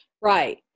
Right